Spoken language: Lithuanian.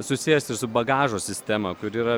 susijęs ir su bagažo sistema kuri yra